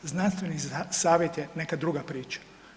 Znanstveni savjet je neka druga priča.